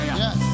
yes